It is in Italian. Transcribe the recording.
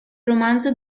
romanzo